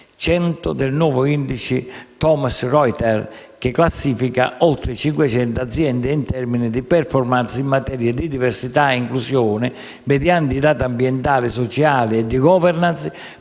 100 del nuovo indice di Thomson Reuters, che classifica oltre 5.000 aziende in termini di *performance* in materia di diversità e inclusione, mediante i dati ambientali, sociali e di *governance*,